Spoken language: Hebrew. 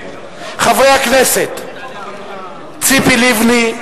חברי הכנסת ציפי לבני,